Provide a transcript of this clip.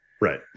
Right